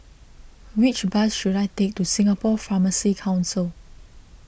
which bus should I take to Singapore Pharmacy Council